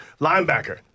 linebacker